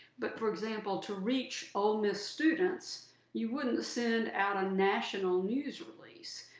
but, for example, to reach ole miss students you wouldn't send out a national news release,